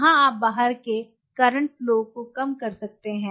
कहाँ आप बाहर के करंट फ्लो को कम कर सकते हैं